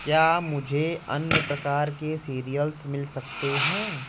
क्या मुझे अन्य प्रकार के सीरियल्स मिल सकते हैं